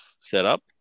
setup